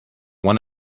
one